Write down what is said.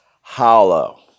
hollow